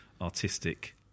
artistic